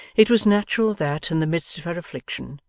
it was natural that, in the midst of her affliction,